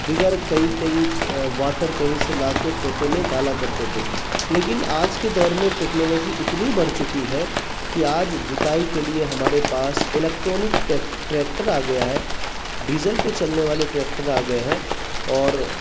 دیگر کئی کئی واٹر کہیں سے لا کے کھیتوں میں ڈالا کرتے تھے لیکن آج کے دور میں ٹیکنالوجی اتنی بڑھ چکی ہے کہ آج جتائی کے لیے ہمارے پاس الیکٹرانک ٹریکٹر آ گیا ہے ڈیزل پہ چلنے والے ٹریکٹر آ گئے ہیں اور